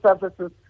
services